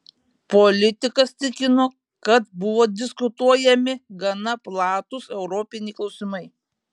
politikas tikino kad buvo diskutuojami gana platūs europiniai klausimai